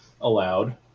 allowed